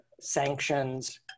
sanctions